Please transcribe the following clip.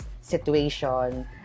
situation